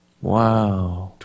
Wow